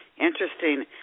Interesting